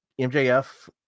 MJF